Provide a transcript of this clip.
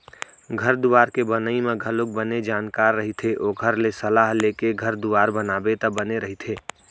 घर दुवार के बनई म घलोक बने जानकार रहिथे ओखर ले सलाह लेके घर दुवार बनाबे त बने रहिथे